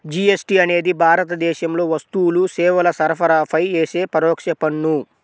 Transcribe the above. GST అనేది భారతదేశంలో వస్తువులు, సేవల సరఫరాపై యేసే పరోక్ష పన్ను